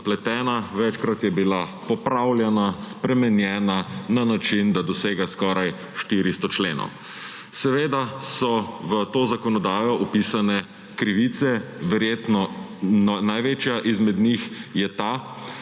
zapletena. Večkrat je bila popravljena, spremenjena na način, da dosega skoraj 400 členov. Seveda so v to zakonodajo vpisane krivice. Verjetno je največja izmed njih ta,